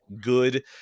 good